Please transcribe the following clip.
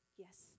Yes